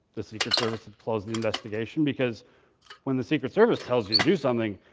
the secret service had closed the investigation because when the secret service tells you to do something,